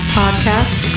podcast